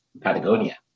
Patagonia